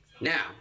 Now